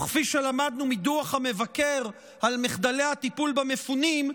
וכפי שלמדנו מדוח המבקר על מחדלי הטיפול במפונים,